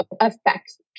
affects